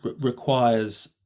requires